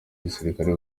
gisirikare